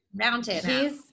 mountain